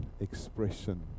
expression